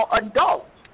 adults